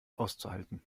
auszuhalten